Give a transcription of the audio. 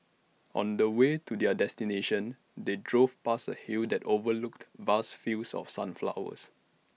on the way to their destination they drove past A hill that overlooked vast fields of sunflowers